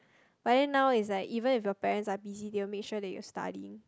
but then now is like even if your parents are busy they will make sure that you'll study